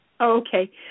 Okay